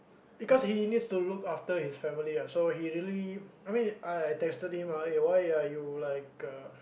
because he needs to look after his family ah so he really I mean I I texted him ah why are you like uh